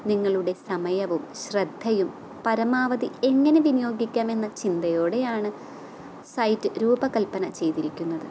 നിങ്ങളുടെ സമയവും ശ്രദ്ധയും പരമാവധി എങ്ങനെ വിനിയോഗിക്കാം എന്ന ചിന്തയോടെയാണ് സൈറ്റ് രൂപകൽപ്പന ചെയ്തിരിക്കുന്നത്